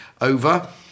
Over